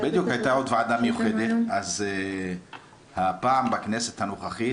אז הפעם בכנסת הנוכחית,